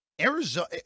Arizona –